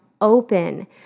open